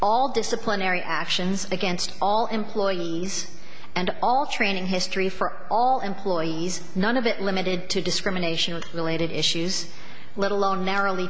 all disciplinary actions against all employees and all training history for all employees none of it limited to discrimination of related issues let alone narrowly